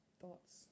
thoughts